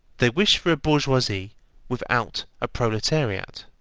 they wish for a bourgeoisie without a proletariat.